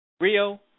Rio